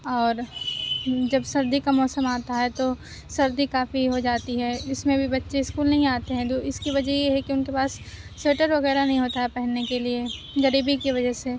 اور جب سردی کا موسم آتا ہے تو سردی کافی ہو جاتی ہے اِس میں بھی بچے اسکول نہیں آتے ہیں دو اِس کی وجہ یہ ہے کہ اُن کے پاس سوئٹر وغیرہ نہیں ہوتا ہے پہننے کے لئے غریبی کی وجہ سے